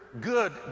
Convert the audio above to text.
good